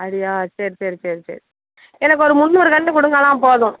அப்படியா சேரி சேரி சேரி சேரி எனக்கு ஒரு முன்னூறு கன்று கொடுங்களேன் போதும்